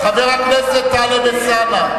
חבר הכנסת טלב אלסאנע.